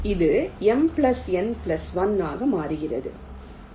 இது M N 1 ஆக மாறுகிறது